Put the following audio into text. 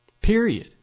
Period